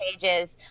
pages